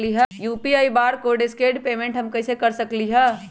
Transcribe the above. UPI barcode scan payment हम कईसे कर सकली ह?